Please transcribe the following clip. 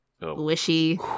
Wishy